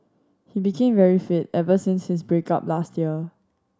he became very fit ever since his break up last year